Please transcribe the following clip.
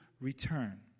return